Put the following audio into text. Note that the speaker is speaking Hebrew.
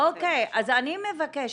אני מבקשת.